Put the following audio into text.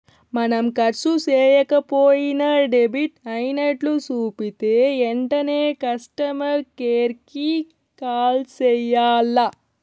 మనం కర్సు సేయక పోయినా డెబిట్ అయినట్లు సూపితే ఎంటనే కస్టమర్ కేర్ కి కాల్ సెయ్యాల్ల